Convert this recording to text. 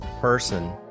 person